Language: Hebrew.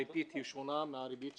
ריבית שונה מאשר